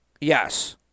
Yes